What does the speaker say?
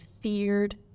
feared